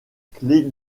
clé